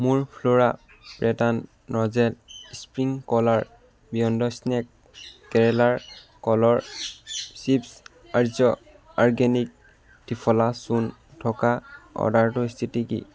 মোৰ flora pattern nozzle sprinkler beyond snack কেৰেলাৰ কলৰ চিপ্ছ আৰ্য অৰ্গেনিক ট্ৰিফলা চূৰ্ণ থকা অৰ্ডাৰটোৰ স্থিতি কি